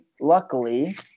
luckily